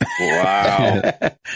Wow